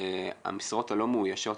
המשרות הלא מאוישות,